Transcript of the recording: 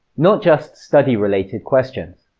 not just study-related questions.